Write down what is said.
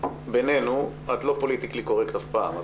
בינינו את לא פוליטיקלי קורקט אף פעם.